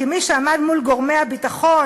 כמי שעמד מול גורמי הביטחון,